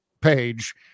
page